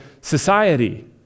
society